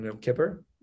Kipper